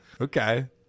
Okay